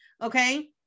Okay